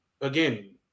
Again